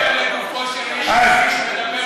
הוא יכול לדבר לגופו של האיש אם האיש